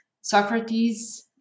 Socrates